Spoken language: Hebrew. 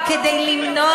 אני רוצה